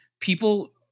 people